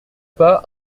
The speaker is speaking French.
pas